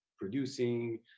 producing